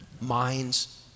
minds